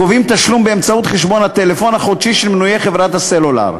גובים תשלום באמצעות חשבון הטלפון החודשי של מנויי חברת הסלולר,